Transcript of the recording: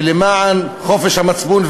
ולמען חופש המצפון,